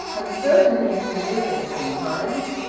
i'm certain he's delirious sometimes.